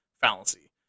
fallacy